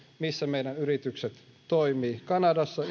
missä meidän yritykset toimivat kanadassa